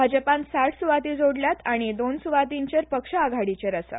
भाजपान साठ सुवाती जोडल्यात आनी दोन सुवातींचेर पक्ष आघाडीचेर आसा